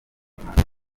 imana